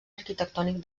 arquitectònic